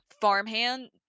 farmhand